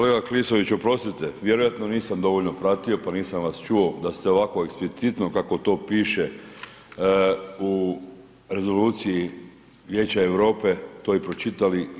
Kolega Klisović, oprostite, vjerojatno nisam dovoljno pratio pa nisam vas čuo da ste ovako eksplicitno kako to piše u Rezoluciji Vijeća Europe to i pročitali i